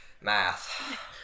math